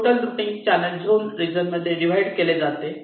total routing channel zone region मध्ये divide केले जाते